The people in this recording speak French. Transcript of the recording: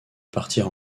partir